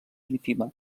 ínfima